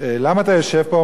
למה אתה יושב פה?